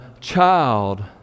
child